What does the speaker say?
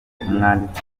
umwanditsi